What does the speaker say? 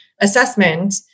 assessment